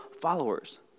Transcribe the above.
followers